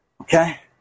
Okay